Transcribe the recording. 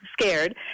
scared